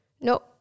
No